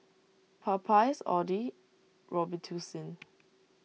Popeyes Audi Robitussin